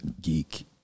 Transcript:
geek